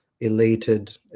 elated